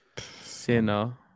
Sinner